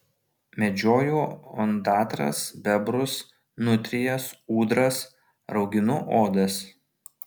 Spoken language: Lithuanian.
medžioju ondatras bebrus nutrijas ūdras rauginu odas